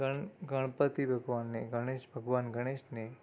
ગણ ગણપતિ ભગવાનને ગણેશ ભગવાન ગણેશને